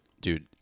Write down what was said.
dude